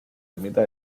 ermita